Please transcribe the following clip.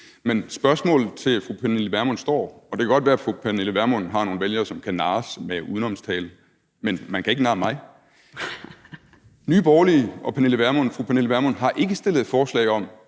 Men spørgsmålet til fru Pernille Vermund står. Det kan godt være, at fru Pernille Vermund har nogle vælgere, som kan narres med udenomstale, men man kan ikke narre mig. Nye Borgerlige og fru Pernille Vermund har ikke fremsat forslag om